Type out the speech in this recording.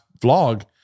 vlog